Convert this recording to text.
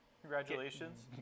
Congratulations